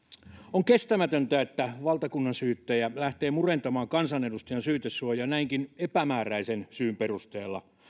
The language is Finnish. on kestämätöntä että valtakunnansyyttäjä lähtee murentamaan kansanedustajan syytesuojaa näinkin epämääräisen syyn perusteella